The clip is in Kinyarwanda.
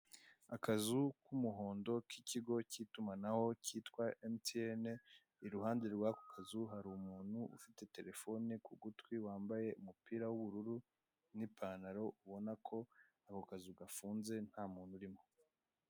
Akazu k'umuhondo k'ikigo cy'itumanaho kitwa emutiyene, iruhande rw'ako kazu hari umuntu ufite telefone ku gutwi wambaye umupira w'ubururu n'ipantaro ubona ko ako kazu gafunze nta muntu urimo.